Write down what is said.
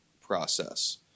process